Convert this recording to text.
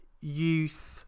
youth